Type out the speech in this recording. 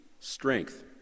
Strength